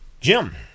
Jim